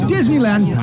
Disneyland